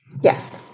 Yes